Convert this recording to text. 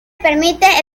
permite